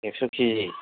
एक्स' किजि